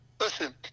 listen